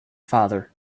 father